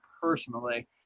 personally